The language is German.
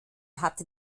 hatte